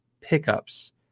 pickups